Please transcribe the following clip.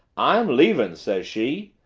i'm leaving says she.